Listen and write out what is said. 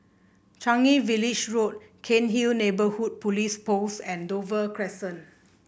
Changi Village Road Cairnhill Neighbourhood Police Post and Dover Crescent